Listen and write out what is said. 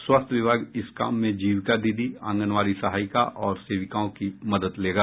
स्वास्थ्य विभाग इस काम में जीविका दीदी आंगनबाड़ी सहायिका और सेविकाओं की मदद लेगा